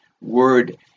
word